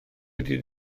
ydy